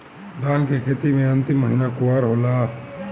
धान के खेती मे अन्तिम महीना कुवार होला?